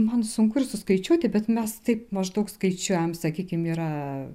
man sunku ir suskaičiuoti bet mes taip maždaug skaičiuojam sakykim yra